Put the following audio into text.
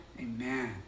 Amen